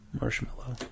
Marshmallow